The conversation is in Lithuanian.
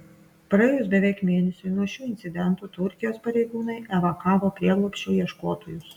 praėjus beveik mėnesiui nuo šių incidentų turkijos pareigūnai evakavo prieglobsčio ieškotojus